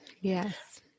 Yes